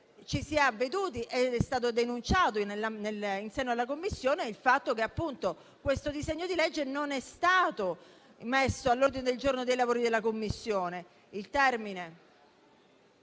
ci si è avveduti ed è stato denunciato in seno alla Commissione il fatto che, appunto, questo disegno di legge non è stato messo all'ordine del giorno dei lavori della Commissione.